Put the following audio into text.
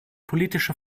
politische